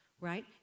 right